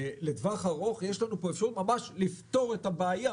לטווח ארוך יש פה אפשרות ממש לפתור את הבעיה,